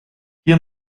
hier